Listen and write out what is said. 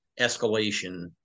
escalation